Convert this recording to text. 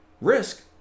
risk